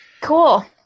Cool